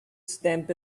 stamp